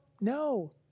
No